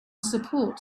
support